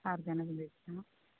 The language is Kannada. ಆರು ಜನನು ಬೇಕಾ